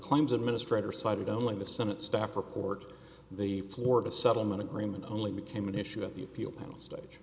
claims administrator cited only the senate staff report the florida settlement agreement only became an issue at the appeal panel stage